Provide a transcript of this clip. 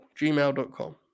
gmail.com